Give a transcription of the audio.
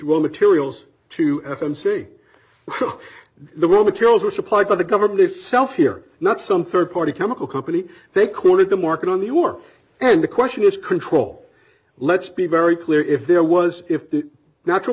will materials to f m c the world materials are supplied by the government itself here not some rd party chemical company they cornered the market on the war and the question is control let's be very clear if there was if the n